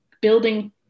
building